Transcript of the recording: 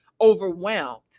overwhelmed